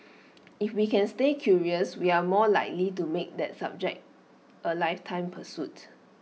if we can stay curious we are more likely to make that subject A lifetime pursuit